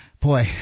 boy